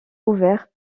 ouverte